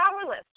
powerless